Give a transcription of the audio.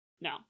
No